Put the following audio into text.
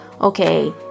okay